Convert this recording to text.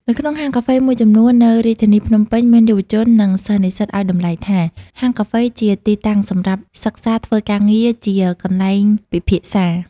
នៅក្នុងហាងកាហ្វេមួយចំនួន នៅរាជធានីភ្នំពេញ មានយុវជន និងសិស្ស-និស្សិតឱ្យតំលៃថា ហាងកាហ្វេជាទីតាំងសម្រាប់សិក្សា ធ្វើការងារជាកន្លែងពិភាក្សា។